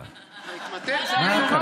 על חוסר החלטה אתה מעניש אותם.